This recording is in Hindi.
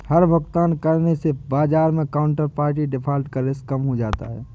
हर भुगतान करने से बाजार मै काउन्टरपार्टी डिफ़ॉल्ट का रिस्क कम हो जाता है